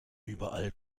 überall